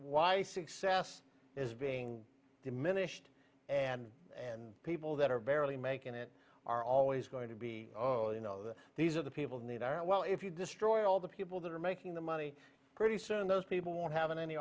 why success is being diminished and and people that are barely making it are always going to be oh you know that these are the people who need our well if you destroy all the people that are making the money pretty soon those people won't have any